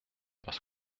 parce